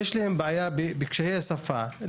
איזו בדיחה, אתה מטיף לדמוקרטיה, אתה?